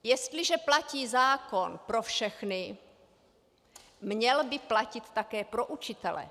Jestliže platí zákon pro všechny, měl by platit také pro učitele.